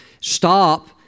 stop